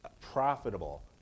profitable